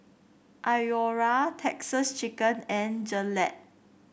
Iora Texas Chicken and Gillette